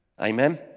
Amen